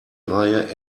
reihe